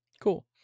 Cool